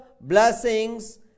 blessings